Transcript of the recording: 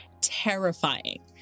terrifying